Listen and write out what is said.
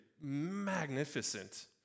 magnificent